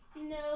No